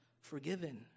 forgiven